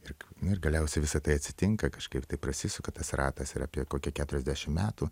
ir nu ir galiausiai visa tai atsitinka kažkaip tai prasisuka tas ratas ir apie kokią keturiasdešim metų